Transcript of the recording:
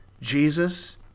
Jesus